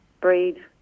breed